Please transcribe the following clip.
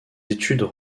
études